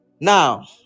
now